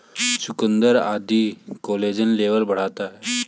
चुकुन्दर आदि collagen level बढ़ाता है